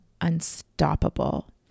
unstoppable